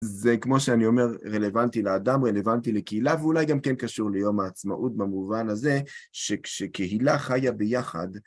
זה, כמו שאני אומר, רלוונטי לאדם, רלוונטי לקהילה, ואולי גם כן קשור ליום העצמאות במובן הזה, שכשקהילה חיה ביחד...